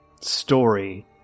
story